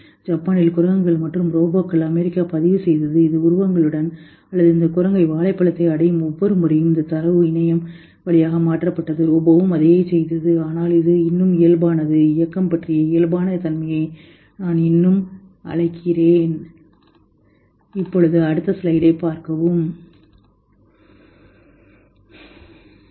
ஜப்பானில் குரங்குகள் மற்றும் ரோபோக்களில் அமெரிக்கா பதிவுசெய்தது இது உருவங்களுடன் அல்லது இந்த குரங்கு வாழைப்பழத்தை அடையும் ஒவ்வொரு முறையும் இந்தத் தரவு இணையம் வழியாக மாற்றப்பட்டது ரோபோவும் அதையே செய்தது ஆனால் இது இன்னும் இயல்பானது இயக்கம் பற்றிய இயல்பான தன்மையை நான் இன்னும் அழைக்கிறேன்